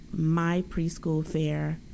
mypreschoolfair